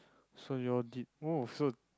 so you all did oh so